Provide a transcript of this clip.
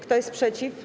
Kto jest przeciw?